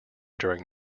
during